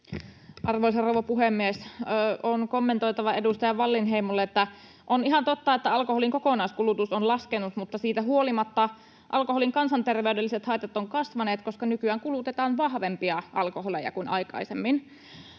Arvoisa rouva puhemies! On kommentoitava edustaja Wallinheimolle, että on ihan totta, että alkoholin kokonaiskulutus on laskenut, mutta siitä huolimatta alkoholin kansanterveydelliset haitat ovat kasvaneet, koska nykyään kulutetaan vahvempia alkoholeja kuin aikaisemmin.